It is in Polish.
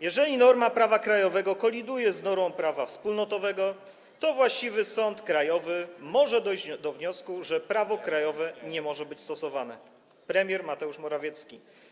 Jeżeli norma prawa krajowego koliduje z normą prawa wspólnotowego, to właściwy sąd krajowy może dojść do wniosku, że prawo krajowe nie może być stosowane - premier Mateusz Morawiecki.